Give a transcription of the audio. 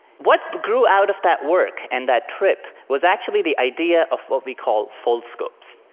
what grew out of that work and that trip was actually the idea of what we call foldscopes.